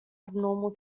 abnormal